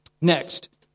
Next